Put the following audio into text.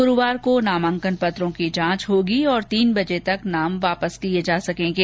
गुरुवार को नामांकन पत्रों की जांच होगी और तीन बजे तक नाम वापस लिये जा संकेगे